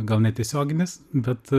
gal netiesioginis bet